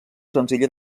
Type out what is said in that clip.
senzilla